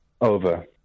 Over